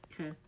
Okay